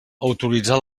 autoritzar